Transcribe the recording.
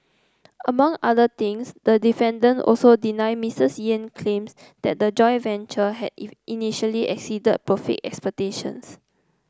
among other things the defendant also deny Mistress Yen's claims that the joint venture had if initially exceeded profit expectations